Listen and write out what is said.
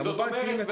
זאת אומרת,